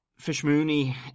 Fishmooney